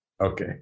Okay